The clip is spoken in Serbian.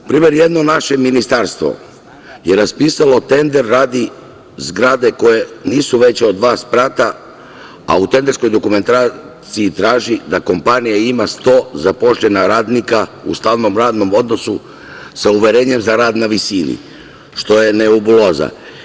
Na primer, jedno naše ministarstvo, je raspisalo tender, radi zgrade koje nisu veće od dva sprata, a u tenderskoj dokumentaciji traži da kompanija ima 100 zaposlena radnika u stalnom radnom odnosu sa uverenjem za rad na visini, što je nebuloza.